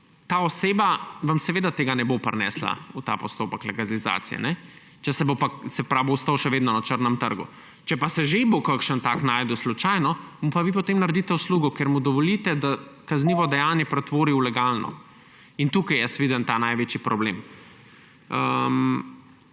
ta oseba vam seveda tega orožja ne bo prinesla v ta postopek legalizacije. Bo ostalo še vedno na črnem trgu. Če pa se že bo kakšen tak slučajno našel, mu pa vi potem naredite uslugo, ker mu dovolite, da kaznivo dejanje pretvori v legalno. In tukaj jaz vidim ta največji problem.